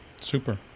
Super